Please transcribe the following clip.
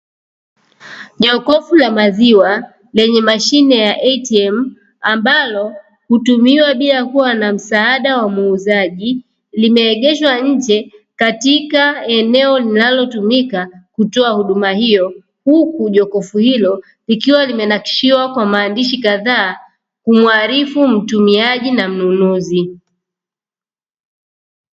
Jokofu la maziwa lenye mashine ya “ATM” ambalo hutumiwa bila ya kuwa na msaada wa muuzaji, limeegeshwa nje katika eneo linalotumika kutoa huduma hiyo huku jokofu hilo likiwa limenakishiwa kwa maandishi kadhaa kumwarifu mtumiaji na mnunuzi.